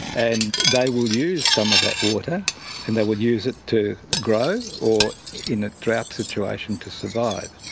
and they will use some of that water and they will use it to grow, or in a drought situation to survive.